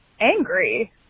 angry